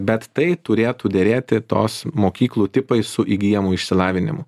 bet tai turėtų derėti tos mokyklų tipai su įgyjamu išsilavinimu